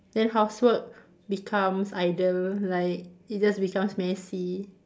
then housework becomes idle like it just becomes messy